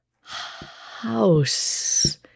House